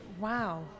Wow